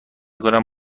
کنم